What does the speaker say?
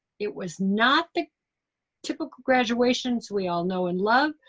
it was not the typical graduations we all know and love,